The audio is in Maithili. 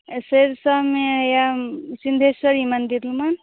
सरिसोमे हैया सिन्धेश्वरी मन्दिर लगन